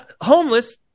homeless